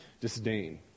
disdain